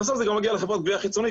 בסוף זה גם מגיע לחברת גבייה חיצונית